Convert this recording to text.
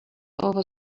over